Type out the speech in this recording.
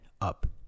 up